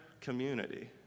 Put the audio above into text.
community